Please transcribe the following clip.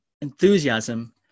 enthusiasm